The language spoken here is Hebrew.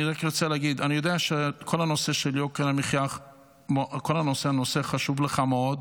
אני יודע שכל הנושא של יוקר המחיה חשוב לך מאוד,